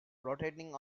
rotating